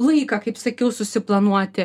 laiką kaip sakiau susiplanuoti